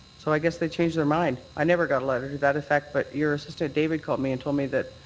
so i guess they changed their mind. i never got a letter to that effect, but your assistant david called me and told me that